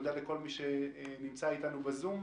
תודה לכל מי שנמצא אתנו בזום.